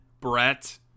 Brett